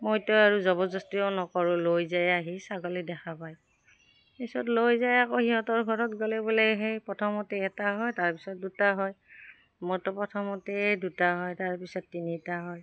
মইতো আৰু জবৰদস্তিও নকৰোঁ লৈ যাই আহি ছাগলী দেখা পায় তাৰছত লৈ যায় আকৌ সিহঁতৰ ঘৰত গ'লে বোলে সেই প্ৰথমতে এটা হয় তাৰপিছত দুটা হয় মইতো প্ৰথমতে দুটা হয় তাৰপিছত তিনিটা হয়